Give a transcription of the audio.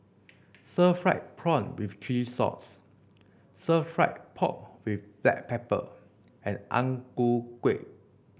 sir fried prawn with Chili Sauce sir fry pork with Black Pepper and Ang Ku Kueh